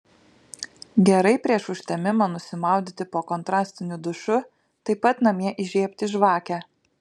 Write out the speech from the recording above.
gerai prieš užtemimą nusimaudyti po kontrastiniu dušu taip pat namie įžiebti žvakę